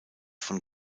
von